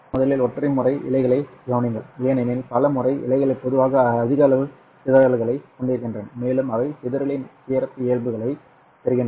முதலில் ஒற்றை முறை இழைகளைக் கவனியுங்கள் ஏனெனில் பல முறை இழைகள் பொதுவாக அதிக அளவு சிதறல்களைக் கொண்டிருக்கின்றன மேலும் அவை சிதறலின் சிறப்பியல்புகளைப் பெறுகின்றன